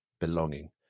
belonging